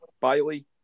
Bailey